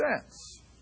cents